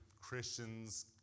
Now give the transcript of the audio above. Christians